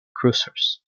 cruisers